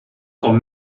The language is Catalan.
com